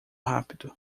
rápido